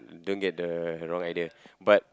don't get the wrong idea but